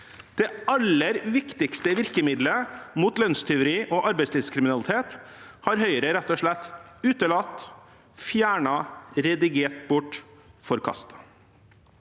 Det aller viktigste virkemiddelet mot lønnstyveri og arbeidslivskriminalitet har Høyre rett og slett utelatt, fjernet, redigert bort, forkastet.